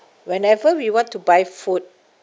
whenever we want to buy food